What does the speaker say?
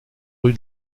rue